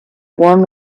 won